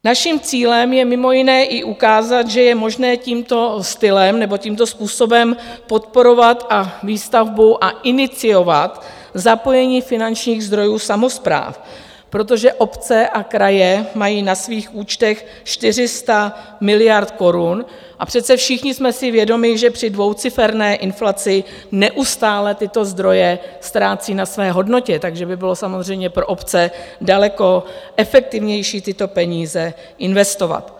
Naším cílem je mimo jiné i ukázat, že je možné tímto stylem nebo tímto způsobem podporovat výstavbu a iniciovat zapojení finančních zdrojů samospráv, protože obce a kraje mají na svých účtech 400 miliard korun, a přece všichni jsme si vědomi, že při dvouciferné inflaci neustále tyto zdroje ztrácejí na své hodnotě, takže by bylo samozřejmě pro obce daleko efektivnější tyto peníze investovat.